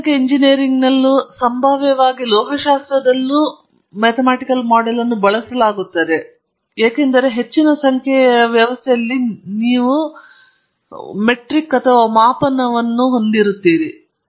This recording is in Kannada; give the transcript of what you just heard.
ರಾಸಾಯನಿಕ ಎಂಜಿನಿಯರಿಂಗ್ನಲ್ಲಿ ಸಂಭಾವ್ಯವಾಗಿ ಲೋಹಶಾಸ್ತ್ರದಲ್ಲಿಯೂ ಬಳಸಲಾಗುತ್ತದೆ ಏಕೆಂದರೆ ಹೆಚ್ಚಿನ ಸಂಖ್ಯೆಯ ವ್ಯವಸ್ಥೆಗಳಲ್ಲಿ ನೀವು ಮಾಪನದಲ್ಲಿ ವಿಳಂಬವನ್ನು ಹೊಂದಿರುತ್ತೀರಿ